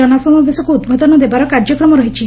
ଜନସମାବେଶକୁ ଉଦ୍ବୋଧନ ଦେବାର କାର୍ଯ୍ୟକ୍ରମ ରହିଛି